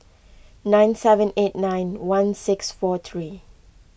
nine seven eight nine one six four three